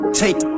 take